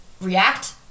react